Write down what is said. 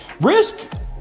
risk